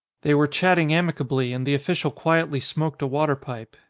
they were chatting amicably and the official quietly smoked a water-pipe.